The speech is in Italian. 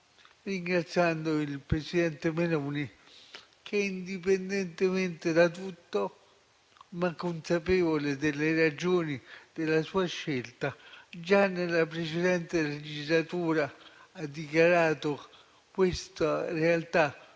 ringraziando il presidente Meloni che indipendentemente da tutto, consapevole delle ragioni della sua scelta già nella precedente legislatura, aveva dichiarato questa realtà come